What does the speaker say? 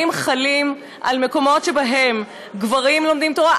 חלים על מקומות שבהם גברים לומדים תורה,